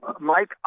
Mike